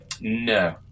No